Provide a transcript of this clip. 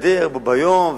זה מסתדר ביום,